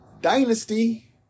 Dynasty